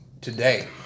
today